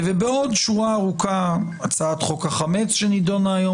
ובעוד שורה ארוכה, הצעת חוק החמץ שנידונה היום